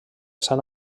san